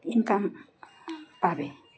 income পাবে